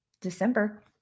December